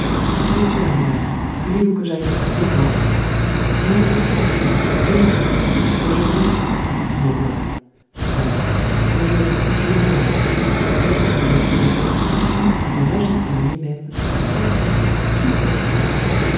monsieur aronnax voulez-vous que j'aille le trouver moi non laissez-moi faire demain aujourd'hui dit ned land soit aujourd'hui je le verrai répondis-je au canadien qui en agissant lui-même eût certainement tout compromis